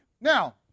now